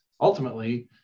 ultimately